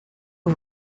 aux